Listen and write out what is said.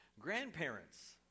Grandparents